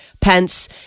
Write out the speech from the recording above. Pence